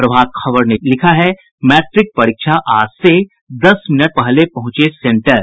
प्रभात खबर ने लिखता है मैट्रिक परीक्षा आज से दस मिनट पहले पहुंचे सेंटर